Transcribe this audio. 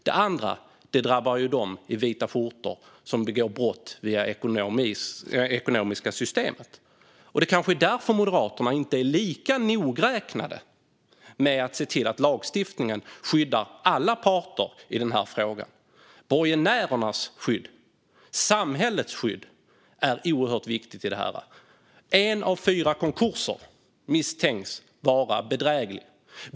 Det andra drabbar dem i vita skjortor som begår brott via det ekonomiska systemet. Det är kanske därför som Moderaterna inte är lika nogräknade med att se till att lagstiftningen skyddar alla parter i den här frågan. Borgenärernas skydd och samhällets skydd är oerhört viktigt i detta. En av fyra konkurser misstänks vara bedräglig.